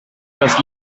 das